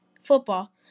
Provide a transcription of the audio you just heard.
football